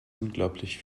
unglaublich